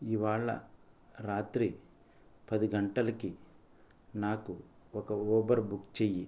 ఇవాళ రాత్రి పది గంటలకి నాకు ఒక ఊబర్ బుక్ చెయ్యి